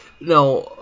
Now